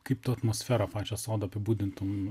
kaip tu atmosferą pačią sodo apibūdintum